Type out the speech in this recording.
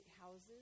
houses